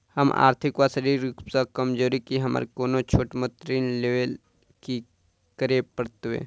हम आर्थिक व शारीरिक रूप सँ कमजोर छी हमरा कोनों छोट मोट ऋण लैल की करै पड़तै?